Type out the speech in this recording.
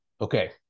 Okay